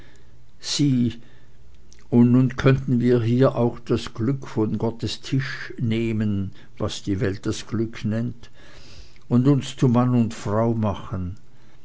und nun könnten wir hier auch das glück von gottes tisch nehmen was die welt das glück nennt und uns zu mann und frau machen